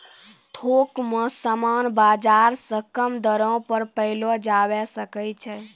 थोक मे समान बाजार से कम दरो पर पयलो जावै सकै छै